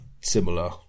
similar